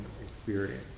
experience